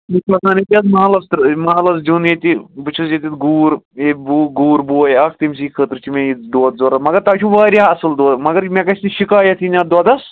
مےٚ محلس محلس دیُن ییٚتہِ بہٕ چھُس ییٚتٮ۪تھ گوٗر گوٗر بوے اَکھ تٔمۍسٕے خٲطرٕ چھُ مےٚ یہِ دۄد ضوٚرَتھ مگر تۄہہِ چھُو واریاہ اَصٕل دۄد مگر مےٚ گژھِ نہٕ شکایت یِن اَتھ دۄدس